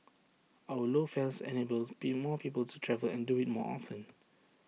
our low fares enables be more people to travel and do IT more often